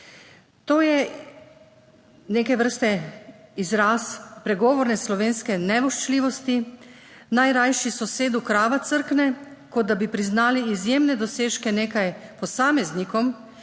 To je neke vrste izraz pregovorne slovenske nevoščljivosti, naj rajši sosedu krava crkne, kot da bi priznali izjemne dosežke nekaj posameznikom,